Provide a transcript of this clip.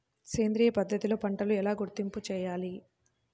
సేంద్రియ పద్ధతిలో పంటలు ఎలా గుర్తింపు చేయాలి?